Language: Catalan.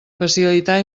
facilitar